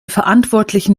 verantwortlichen